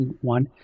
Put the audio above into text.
one